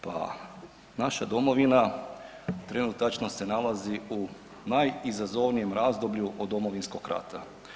Pa naša domovina trenutačno se nalazi u najizazovnijem razdoblju od Domovinskog rata.